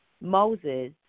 Moses